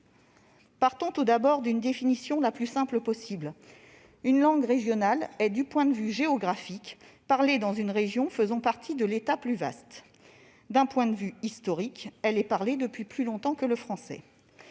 Partons, tout d'abord, d'une définition la plus simple possible : une langue régionale est, du point de vue géographique, parlée dans une région faisant partie de l'État, plus vaste. D'un point de vue historique, elle est parlée depuis plus longtemps que le français.